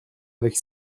avec